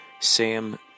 Sam